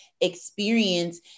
experience